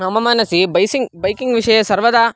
मम मनसि बैसिङ्ग् बैकिङ्ग् विषये सर्वदा